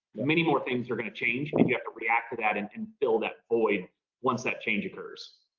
many more things are going to change and you have to react to that and and fill that void once that change occurs.